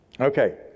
Okay